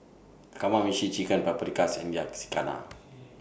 Kamameshi Chicken Paprikas and Yakizakana